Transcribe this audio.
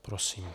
Prosím.